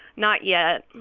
not yet